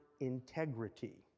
integrity